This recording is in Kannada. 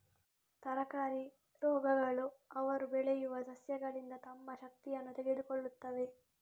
ತರಕಾರಿ ರೋಗಗಳು ಅವರು ಬೆಳೆಯುವ ಸಸ್ಯಗಳಿಂದ ತಮ್ಮ ಶಕ್ತಿಯನ್ನು ತೆಗೆದುಕೊಳ್ಳುತ್ತವೆ